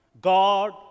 God